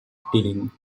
tiling